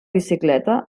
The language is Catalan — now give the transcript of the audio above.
bicicleta